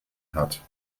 hat